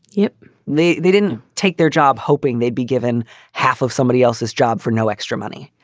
if they they didn't take their job hoping they'd be given half of somebody else's job for no extra money,